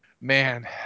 man